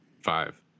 Five